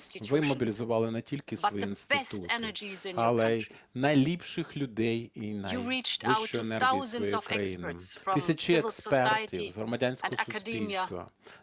Ви мобілізували не тільки свої інститути, але й найліпших людей і найвищу енергію своєї країни. Тисячі експертів з громадянського суспільства,